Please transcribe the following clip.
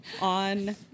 on